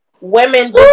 women